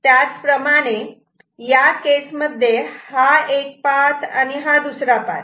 त्याच प्रमाणे या केसमध्ये हा एक पाथ आणि हा दुसरा पाथ